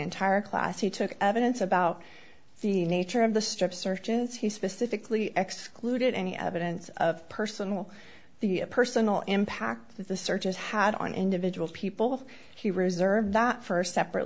entire class he took evidence about the nature of the strip searches he specifically excluded any evidence of personal the a personal impact the searches had on individual people he reserve that for separate